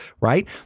right